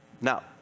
now